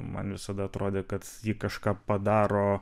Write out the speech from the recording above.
man visada atrodė kad ji kažką padaro